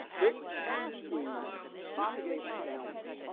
this supply squeeze propagates downward.